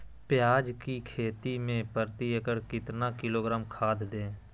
प्याज की खेती में प्रति एकड़ कितना किलोग्राम खाद दे?